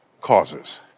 causes